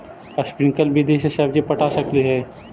Sprinkle विधि से सब्जी पटा सकली हे?